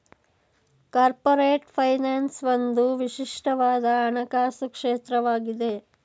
corporate finance ಒಂದು ವಿಶಿಷ್ಟವಾದ ಹಣಕಾಸು ಕ್ಷೇತ್ರವಾಗಿದೆ